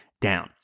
down